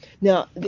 now